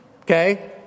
Okay